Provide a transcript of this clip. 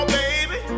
baby